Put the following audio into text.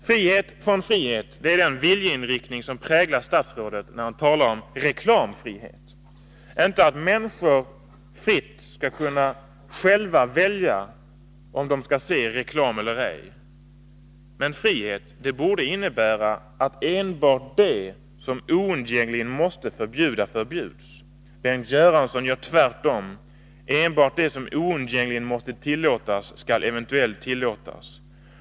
Frihet från frihet är den viljeinriktning som präglar statsrådet när han talar om reklamfrihet, inte att människor fritt skall kunna själva välja om de skall se reklam eller ej. Men frihet borde innebära att enbart det som oundgängligen måste förbjudas förbjuds. Bengt Göransson gör tvärtom; enbart det som oundgängligen måste tillåtas skall eventuellt tillåtas.